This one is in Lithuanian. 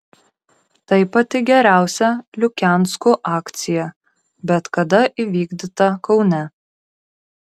tai pati geriausia lukianskų akcija bet kada įvykdyta kaune